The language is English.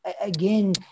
again